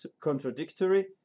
contradictory